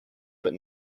but